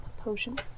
potion